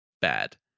bad